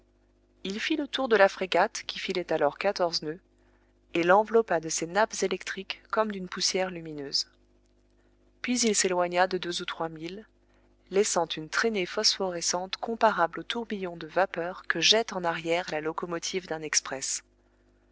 il fit le tour de la frégate qui filait alors quatorze noeuds et l'enveloppa de ses nappes électriques comme d'une poussière lumineuse puis il s'éloigna de deux ou trois milles laissant une traînée phosphorescente comparable aux tourbillons de vapeur que jette en arrière la locomotive d'un express